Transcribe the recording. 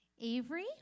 Avery